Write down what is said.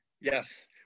yes